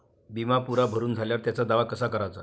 बिमा पुरा भरून झाल्यावर त्याचा दावा कसा कराचा?